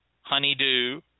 honeydew